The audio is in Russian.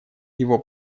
его